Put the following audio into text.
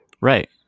Right